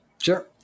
Sure